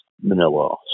Manila